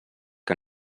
que